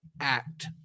act